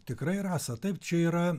tikrai rasa taip čia yra